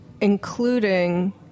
including